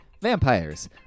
vampires